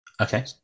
Okay